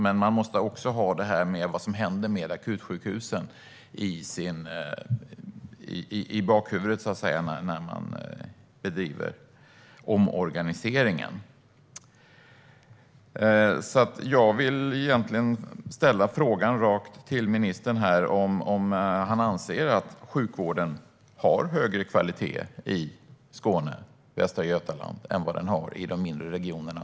Men man måste också ha i bakhuvudet vad som händer med akutsjukhusen när man driver omorganiseringen. Jag vill ställa en rak fråga till ministern om han anser att sjukvården har högre kvalitet i Skåne och Västra Götaland än vad den har i de mindre regionerna.